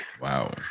Wow